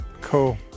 Cool